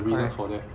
correct